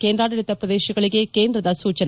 ಕೇಂದ್ರಾಡಳಿತ ಪ್ರದೇಶಗಳಿಗೆ ಕೇಂದ್ರದ ಸೂಚನೆ